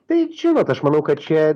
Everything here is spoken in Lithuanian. tai žinot aš manau kad čia